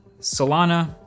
Solana